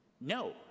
No